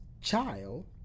child